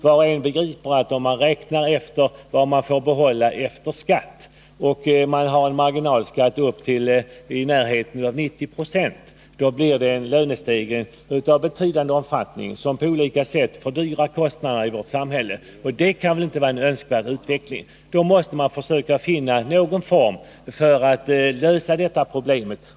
Var och en begriper att om vi räknar efter vad man får behålla efter skatt, om man har en marginalskatt i närheten av 90 96, då finner vi att det blir en lönestegring av betydande omfattning som på olika sätt ökar kostnaderna i vårt samhälle. Det kan väl inte vara en önskvärd utveckling. Då måste vi försöka finna någon form för att lösa detta problem.